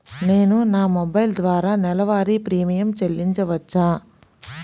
నేను నా మొబైల్ ద్వారా నెలవారీ ప్రీమియం చెల్లించవచ్చా?